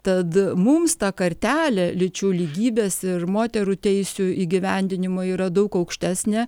tad mums ta kartelė lyčių lygybės ir moterų teisių įgyvendinimo yra daug aukštesnė